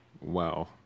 Wow